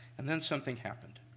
and then something happened.